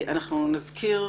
אנחנו נזכיר